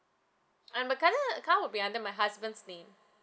uh my current account will be under my husband's name